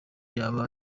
yaba